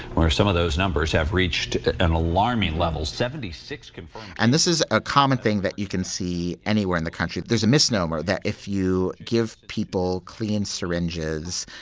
where some of those numbers have reached an alarming levels seventy six point and this is a common thing that you can see anywhere in the country. there's a misnomer that if you give people clean syringes,